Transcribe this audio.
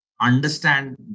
understand